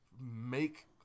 make